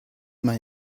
man